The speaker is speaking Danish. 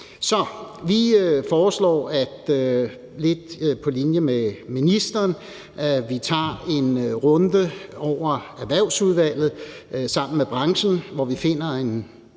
ministeren – at vi tager en runde i Erhvervsudvalget sammen med branchen, hvor vi finder en